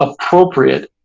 appropriate